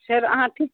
फेर अहाँ ठीक